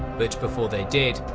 but before they did,